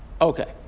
Okay